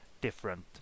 different